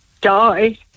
die